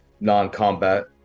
non-combat